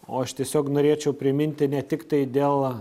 o aš tiesiog norėčiau priminti ne tiktai dėl